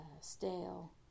Stale